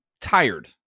tired